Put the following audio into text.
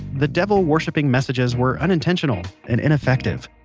the devil-worshipping messages were unintentional and ineffective.